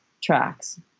tracks